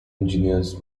engineers